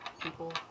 people